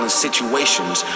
situations